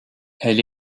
elle